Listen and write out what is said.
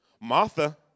Martha